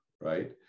right